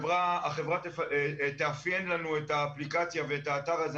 החברה תאפיין לנו את האפליקציה ואת האתר הזה,